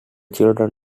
children